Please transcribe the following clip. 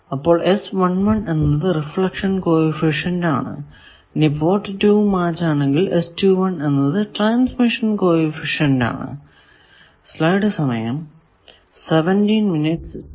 അപ്പോൾ എന്നത് reflection coefficient ആണ് ഇനി പോർട്ട് 2 മാച്ച് ആണെങ്കിൽ എന്നത് ട്രാൻസ്മിഷൻ കോ എഫിഷ്യന്റ് ആണ്